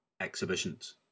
exhibitions